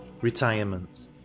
Retirement